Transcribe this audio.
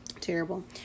Terrible